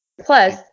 Plus